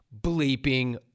bleeping